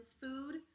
food